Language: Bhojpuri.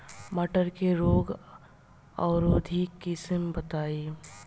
मटर के रोग अवरोधी किस्म बताई?